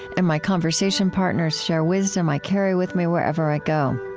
and my conversation partners share wisdom i carry with me wherever i go.